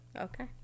okay